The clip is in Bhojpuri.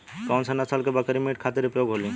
कौन से नसल क बकरी मीट खातिर उपयोग होली?